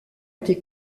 été